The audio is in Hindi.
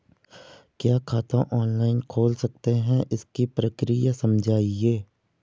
क्या खाता ऑनलाइन खोल सकते हैं इसकी प्रक्रिया समझाइए?